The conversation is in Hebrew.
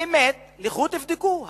באמת לכו תבדקו.